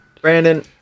brandon